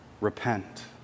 repent